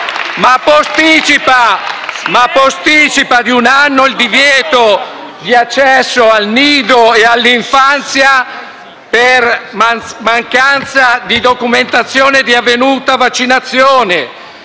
ma posticipa di un anno il divieto di accesso al nido e all'infanzia per mancanza di documentazione di avvenuta vaccinazione.